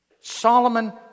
Solomon